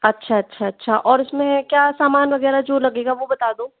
अच्छा अच्छा अच्छा और उसमें क्या समान वगैरह जो लगेगा वो बता दो